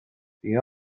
bhí